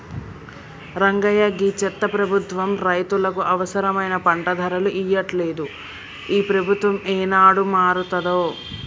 రంగయ్య గీ చెత్త ప్రభుత్వం రైతులకు అవసరమైన పంట ధరలు ఇయ్యట్లలేదు, ఈ ప్రభుత్వం ఏనాడు మారతాదో